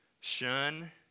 shun